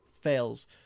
fails